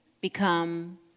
become